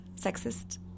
sexist